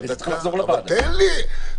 דקה.